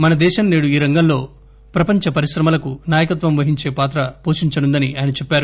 మనదేశం నేడు ఈ రంగంలో ప్రపంచ పరిశ్రమలకు నాయకత్వం వహించే పాత్ర పోషించనుందని ఆయన చెప్పారు